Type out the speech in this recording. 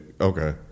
Okay